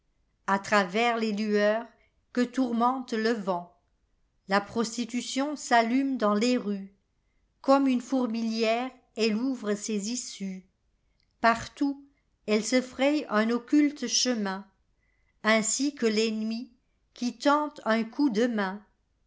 a travers les lueurs que tourmente le ventla prostitution s'allume dans les rues comme une fourmilière elle ouvre ses issues partout elle se fraye un occulte chemin ainsi que l'ennemi qui tente un coup de main